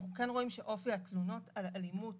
אנחנו כן רואים שאופי התלונות על אלימות